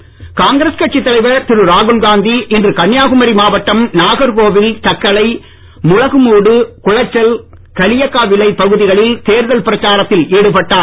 ராகுல் காங்கிரஸ் கட்சித் தலைவர் திரு ராகுல்காந்தி இன்று கன்னியாகுமரி மாவட்டம் நாகர் கோவில் தக்கலை முளகுமூடு குளச்சல் களியக்காவிளை பகுதிகளில் தேர்தல் பிரச்சாரத்தில் ஈடுபட்டார்